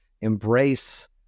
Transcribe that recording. embrace